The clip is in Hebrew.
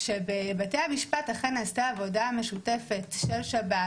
שבבתי המשפט אכן נעשתה עבודה משותפת של שב"ס,